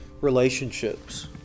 relationships